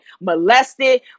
molested